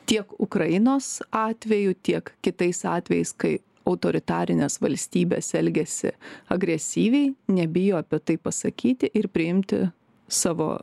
tiek ukrainos atveju tiek kitais atvejais kai autoritarinės valstybės elgiasi agresyviai nebijo apie tai pasakyti ir priimti savo